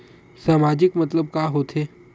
सामाजिक मतलब का होथे?